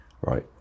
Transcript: right